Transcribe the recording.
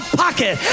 pocket